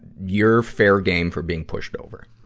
you're fair game for being pushed over.